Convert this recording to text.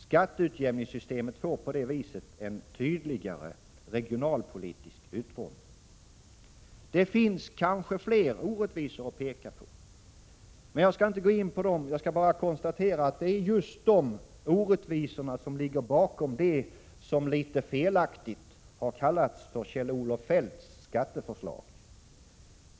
Skatteutjämningssystemet får på så vis en tydligare regionalpolitisk utformning. Det finns kanske fler orättvisor att peka på. Jag skall inte gå in på dem. Jag skall bara konstatera att det är just dessa orättvisor som ligger bakom det som litet felaktigt har kallats Kjell-Olof Feldts skatteförslag.